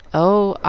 oh,